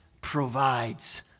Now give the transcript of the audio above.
provides